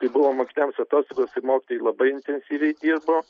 kai buvo mokiniams atostogos ir mokytojai labai intensyviai dirbo